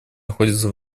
находится